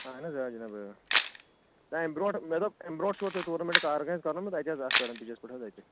اَہن حظ آ جناب اۭں نہ اَمہِ برٛونٛٹھ مےٚ دوٚپ اَمہِ برٛونٛٹھ چھُوا تۄہہ ٹورنامٮ۪نٛٹ کانٛہہ آرگٕنایز کرنوومُت اَتہِ حظ اَتھ پٮ۪ٹھ پِچَس پٮ۪ٹھ حظ اَتہِ